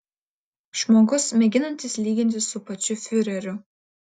žmogus mėginantis lygintis su pačiu fiureriu